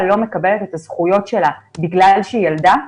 לא מקבלת את הזכויות שלה בגלל שהיא ילדה,